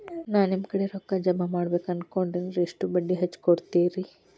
ನಾ ನಿಮ್ಮ ಕಡೆ ರೊಕ್ಕ ಜಮಾ ಮಾಡಬೇಕು ಅನ್ಕೊಂಡೆನ್ರಿ, ಎಷ್ಟು ಬಡ್ಡಿ ಹಚ್ಚಿಕೊಡುತ್ತೇರಿ?